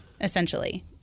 essentially